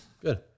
good